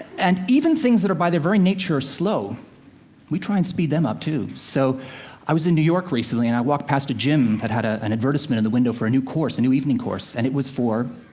and even things that are by their very nature slow we try and speed them up too. so i was in new york recently, and i walked past a gym that had ah an advertisement in the window for a new course, a new evening course. and it was for,